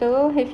so